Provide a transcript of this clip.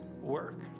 work